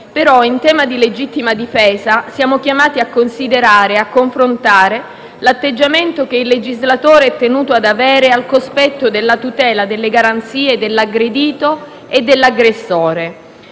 Però, in tema di legittima difesa siamo chiamati a considerare e a confrontare l'atteggiamento che il legislatore è tenuto ad avere al cospetto della tutela delle garanzie dell'aggredito e dell'aggressore.